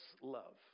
love